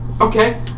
Okay